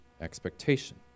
expectation